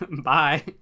Bye